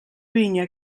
vinya